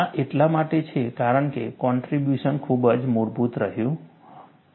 આ એટલા માટે છે કારણ કે કોન્ટ્રીબ્યુશન ખૂબ જ મૂળભૂત રહ્યું છે